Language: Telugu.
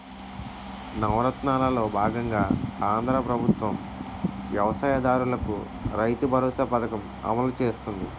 నవరత్నాలలో బాగంగా ఆంధ్రా ప్రభుత్వం వ్యవసాయ దారులకు రైతుబరోసా పథకం అమలు చేస్తుంది